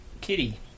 Kitty